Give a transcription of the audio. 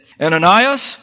Ananias